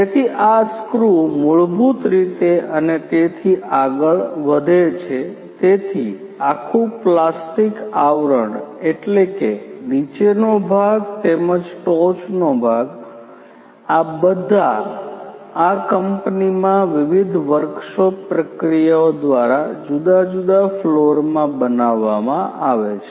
તેથી આ સ્ક્રુ મૂળભૂત રીતે અને તેથી આગળ વધે છે તેથી આખું પ્લાસ્ટિક આવરણ એટલે કે નીચેનો ભાગ તેમજ ટોચનો ભાગ આ બધા આ કંપનીમાં વિવિધ વર્કશોપ પ્રક્રિયાઓ દ્વારા જુદા જુદા ફ્લોરમાં બનાવવામાં આવે છે